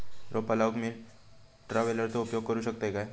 रोपा लाऊक मी ट्रावेलचो उपयोग करू शकतय काय?